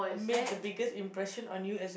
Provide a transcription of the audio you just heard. made the biggest impression on you as a